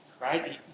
Right